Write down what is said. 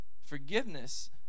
forgiveness